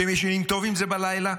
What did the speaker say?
אתם ישנים טוב עם זה בלילה?